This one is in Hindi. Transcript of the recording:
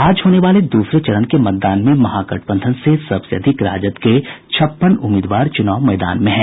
आज होने वाले दूसरे चरण के मतदान में महागठबंधन से सबसे अधिक राजद के छप्पन उम्मीदवार चूनाव मैदान में हैं